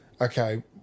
okay